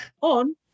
on